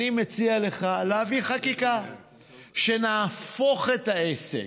אני מציע לך להביא חקיקה שנהפוך את העסק.